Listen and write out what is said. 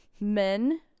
Men